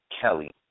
Kelly